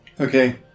Okay